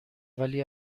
ولی